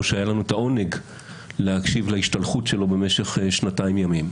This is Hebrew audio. שהיה לנו את העונג להקשיב להשתלחות שלו במשך שנתיים ימים.